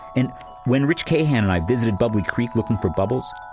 and when rich cahan and i visited bubbly creek, looking for bubbles,